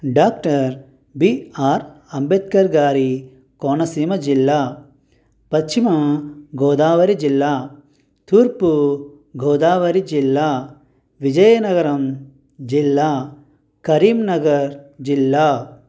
doctor BR Ambedkar గారి కోనసీమ జిల్లా పశ్చిమ గోదావరి జిల్లా తూర్పుగోదావరి జిల్లా విజయనగరం జిల్లా కరీంనగర్ జిల్లా